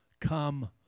come